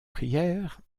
prières